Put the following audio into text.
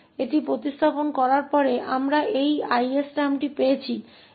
इसे प्रतिस्थापित करने पर हमें यह 𝐼𝑠 पद 𝜋2e 2ks प्राप्त हुआ